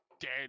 dead